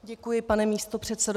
Děkuji, pane místopředsedo.